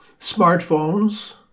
smartphones